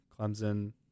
Clemson